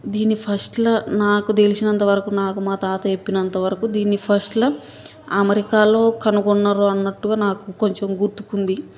దీన్ని ఫస్ట్లో నాకు తెలిసినంత వరకు నాకు మా తాత చెప్పినంతవరకు దీన్ని ఫస్ట్లో అమెరికాలో కనుగొన్నారు అన్నట్టుగా నాకు కొంచం గుర్తుకుంది